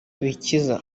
bikiza